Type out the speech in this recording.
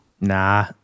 Nah